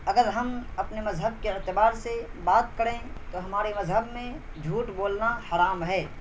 اگر ہم اپنے مذہب کے اعتبار سے بات کریں تو ہمارے مذہب میں چھوٹ بولنا حرام ہے